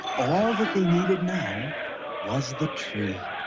all that they needed now was the tree!